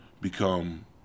become